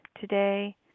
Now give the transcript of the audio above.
today